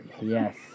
Yes